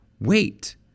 wait